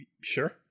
Sure